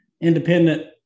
independent